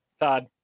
Todd